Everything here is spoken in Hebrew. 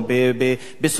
בסולחות,